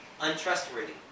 untrustworthy